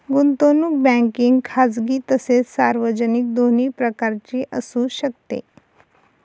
गुंतवणूक बँकिंग खाजगी तसेच सार्वजनिक दोन्ही प्रकारची असू शकते